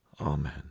Amen